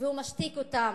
והוא משתיק אותם.